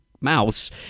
mouse